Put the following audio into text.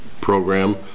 program